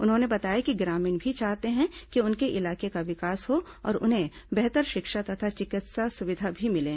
उन्होंने बताया कि ग्रामीण भी चाहते हैं कि उनके इलाके का विकास हो और उन्हें बेहतर शिक्षा तथा चिकित्सा सुविधा भी मिले